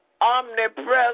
omnipresent